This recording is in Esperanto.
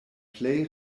plej